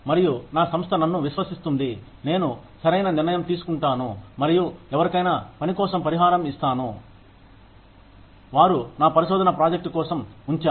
మరియు నా సంస్థ నన్ను విశ్వసిస్తుంది నేను సరైన నిర్ణయం తీసుకుంటాను మరియు ఎవరికైనా పని కోసం పరిహారం ఇస్తాను వారు నా పరిశోధన ప్రాజెక్టు కోసం ఉంచారు